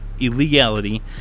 illegality